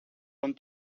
pon